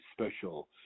special